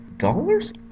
Dollars